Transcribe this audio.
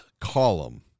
column